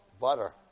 Butter